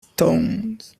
stones